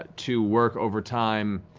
to work overtime.